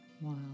Wow